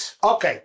okay